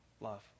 love